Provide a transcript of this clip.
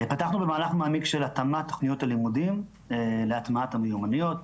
פתחנו במהלך מעמיק של התאמת תוכניות הלימודים להטמעת המיומנויות.